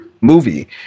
movie